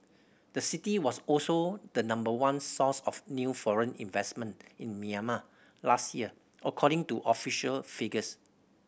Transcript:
the city was also the number one source of new foreign investment in Myanmar last year according to official figures